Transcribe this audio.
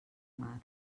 mar